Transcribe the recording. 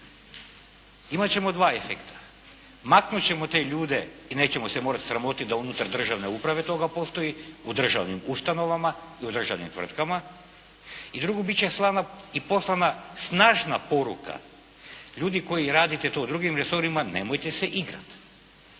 Imat ćemo dva efekta. Maknut ćemo te ljude i nećemo se morati sramotiti da unutar državne uprave toga postoji u državnim ustanovama i državnim tvrtkama. I drugo, bit će slana i poslana snažna poruka ljudi koji radite to u drugim resorima nemojte se igrati